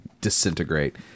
disintegrate